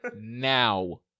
now